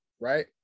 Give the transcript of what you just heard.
right